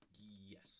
Yes